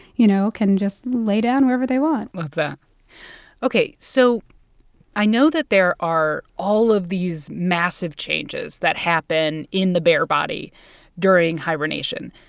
you know, can just lay down wherever they want love that ok. so i know that there are all of these massive changes that happen in the bear body during hibernation.